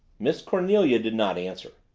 miss cornelia did not answer.